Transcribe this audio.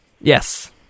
Yes